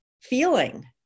feeling